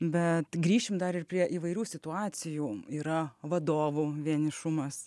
bet grįšim dar ir prie įvairių situacijų yra vadovų vienišumas